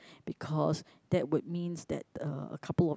because that would mean that the a couple of